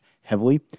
heavily